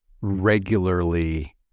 regularly